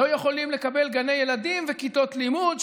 לא יכולים לקבל גני ילדים וכיתות לימוד,